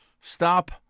Stop